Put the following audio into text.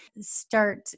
start